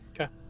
Okay